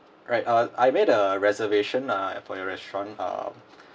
right uh I made a reservation uh for your restaurant uh